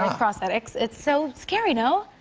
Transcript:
um prosthetics. it's so scary, no?